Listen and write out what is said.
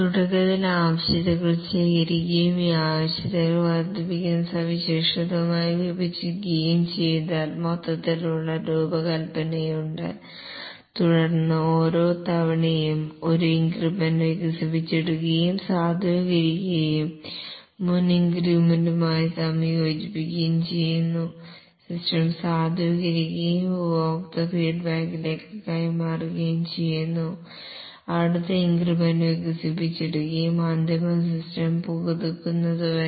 തുടക്കത്തിൽ ആവശ്യകതകൾ ശേഖരിക്കുകയും ഈ ആവശ്യകതകളെ വർദ്ധിപ്പിക്കുന്ന സവിശേഷതകളായി വിഭജിക്കുകയും ചെയ്താൽ മൊത്തത്തിലുള്ള രൂപകൽപ്പനയുണ്ട് തുടർന്ന് ഓരോ തവണയും ഒരു ഇൻക്രിമെന്റ് വികസിപ്പിച്ചെടുക്കുകയും സാധൂകരിക്കുകയും മുൻ ഇൻക്രിമെന്റുമായി സംയോജിപ്പിക്കുകയും ചെയ്യുന്നു സിസ്റ്റം സാധൂകരിക്കുകയും ഉപഭോക്തൃ ഫീഡ്ബാക്കിലേക്ക് കൈമാറുകയും ചെയ്യുന്നു അടുത്ത ഇൻക്രിമെന്റ് വികസിപ്പിച്ചെടുക്കുകയും അന്തിമ സിസ്റ്റം പുതുക്കുന്നതുവരെ